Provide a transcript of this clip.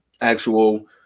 actual